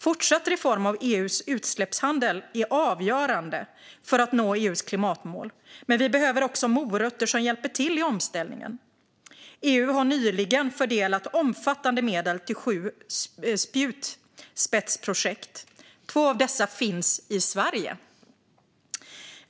Fortsatt reform av EU:s utsläppshandel är avgörande för att nå EU:s klimatmål, men vi behöver också morötter som hjälper till i omställningen. EU har nyligen fördelat omfattande medel till sju spjutspetsprojekt. Två av dessa finns i Sverige.